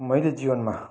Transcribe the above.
मैले जीवनमा